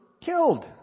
killed